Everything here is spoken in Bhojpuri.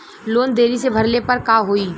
लोन देरी से भरले पर का होई?